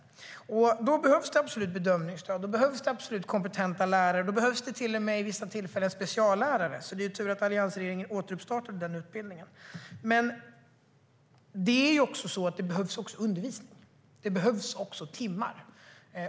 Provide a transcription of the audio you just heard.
Då behövs det absolut bedömningsstöd. Då behövs det absolut kompetenta lärare. Då behövs det till och med vid vissa tillfällen speciallärare, så det är ju tur att alliansregeringen återstartade den utbildningen. Det behövs också undervisning. Det behövs också timmar.